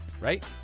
right